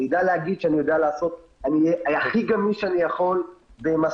אני יודע להגיד אני הכי גמיש שאני יכול במסלולים